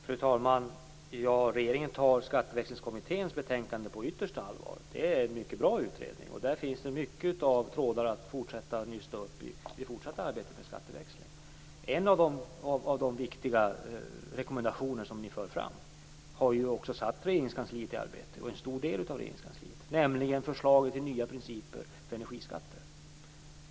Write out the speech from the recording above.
Fru talman! Regeringen tar Skatteväxlingskommitténs betänkandet på yttersta allvar. Det är en mycket bra utredning. Där finns många trådar att fortsätta att nysta upp i det fortsatta arbetet med skatteväxlingen. En av de viktiga rekommendationer som ni för fram har också satt en stor del av Regeringskansliet i arbete, nämligen förslaget till nya principer för energiskatter.